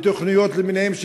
בתוכניות למיניהן,